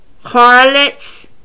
harlots